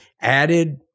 added